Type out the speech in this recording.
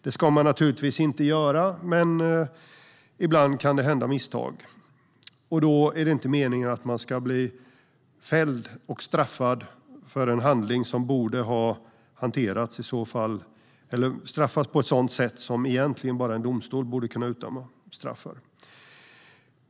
Det ska man naturligtvis inte göra, men ibland kan det ske misstag. Då är det inte meningen att man ska bli fälld och straffad för en handling på ett sådant sätt som egentligen bara en domstol borde kunna utdöma straff för.